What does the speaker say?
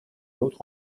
autre